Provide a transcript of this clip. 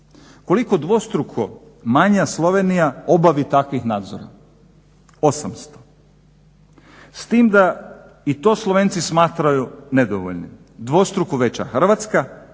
Koliko dvostruko manja Slovenija obavi takvih nadzora, 800. S tim da i to Slovenci smatraju nedovoljnim, dvostruko veća Hrvatska